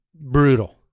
brutal